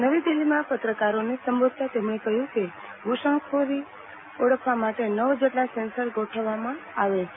નવી દિલ્હીમાં પત્રકારોને સંબોધતાં તેમણે કહ્યું કે ઘુસજ્ઞખોરી ઓળખવા માટે નવ જેટલા સેન્સર ગોઠવવામાં આવે છે